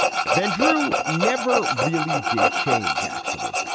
van drew never really did change, actually.